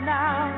now